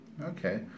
Okay